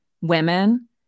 women